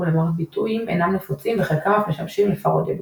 אולם הביטויים אינם נפוצים וחלקם אף משמשים לפרודיה בלבד.